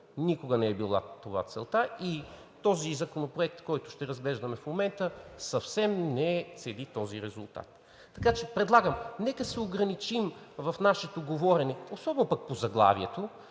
Никога не е била това целта и Законопроектът, който ще разглеждаме в момента, съвсем не цели този резултат. Така че предлагам – нека се ограничим в нашето говорене, особено по заглавието,